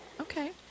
okay